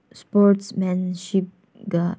ꯏꯁꯄꯣꯔꯠꯁꯃꯦꯟꯁꯤꯞꯀ